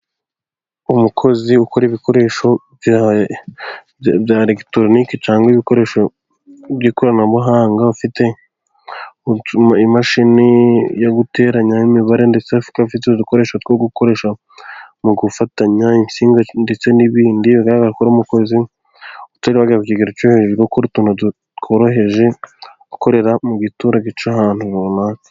Umukozi ukora ibikoresho bya elegitoroniki cyangwa ibikoresho by'ikoranabuhanga, ufite imashini yo guteranya imibare, ndetse afite udukoresho two gukoresha mu gufatanya insinga, ndetse n'ibindi. Bigaragara ko ari umukozi utari wagera ku kigero cyo hejuru, ukora utuntu tworoheje, ukorera mu giturage cy'ahantu runaka.